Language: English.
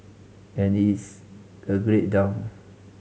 and it's a great town